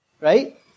Right